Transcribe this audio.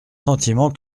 sentiments